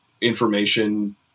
information